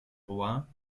roi